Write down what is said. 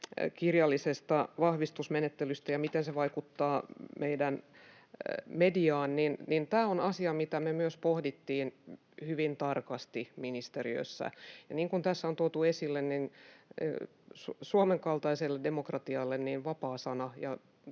kirjallisesta vahvistusmenettelystä ja miten se vaikuttaa meidän mediaan: Tämä on asia, mitä me myös pohdittiin hyvin tarkasti ministeriössä. Ja niin kuin tässä on tuotu esille, niin Suomen kaltaiselle demokratialle vapaa sana